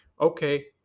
okay